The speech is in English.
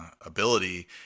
ability